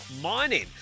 mining